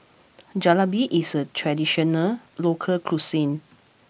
Jalebi is a traditional local cuisine